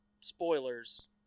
spoilers